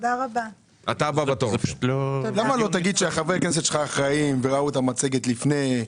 למה שלא תגיד שחברי הכנסת שלך אחראים וראו את המצגת לפני הדיון?